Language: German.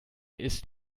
ist